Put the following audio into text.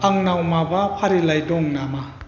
आंंनाव माबा फारिलाइ दं नामा